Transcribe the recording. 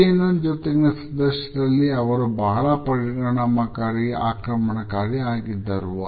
CNN ಜೊತೆಗಿನ ಸಂದರ್ಶನದಲ್ಲಿ ಅವರು ಬಹಳ ಆಕ್ರಮಣಕಾರಿ ಆಗಿದ್ದರು